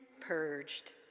purged